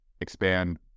expand